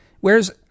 whereas